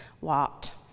walked